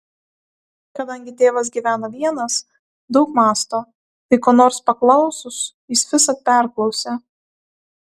kadangi tėvas gyvena vienas daug mąsto tai ko nors paklausus jis visad perklausia